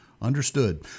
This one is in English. Understood